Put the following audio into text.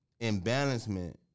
imbalancement